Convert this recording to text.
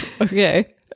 okay